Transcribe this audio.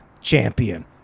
champion